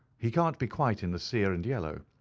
he can't be quite in the sere and yellow.